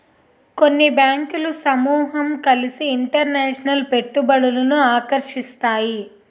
కొన్ని బ్యాంకులు సమూహం కలిసి ఇంటర్నేషనల్ పెట్టుబడులను ఆకర్షిస్తాయి